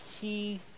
key